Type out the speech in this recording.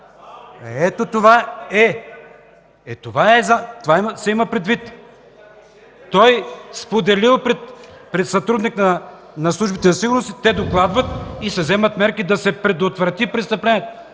Ето това се има предвид. Той споделил пред сътрудник на службите за сигурност, те докладват и вземат мерки да се предотврати престъплението.